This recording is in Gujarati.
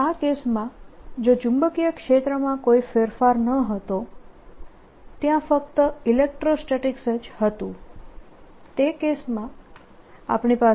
આ કેસમાં જો ચુંબકીય ક્ષેત્રમાં કોઈ ફેરફાર ન હતો ત્યાં ફક્ત ઇલેક્ટ્રોસ્ટેટીક્સ જ હતું તે કેસમાં આપણી પાસે